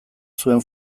zuen